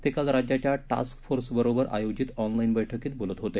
ते काल राज्याच्या टास्क फोर्सबरोबर आयोजित ऑनलाईन बैठकीत बोलत होते